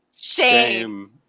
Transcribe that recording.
shame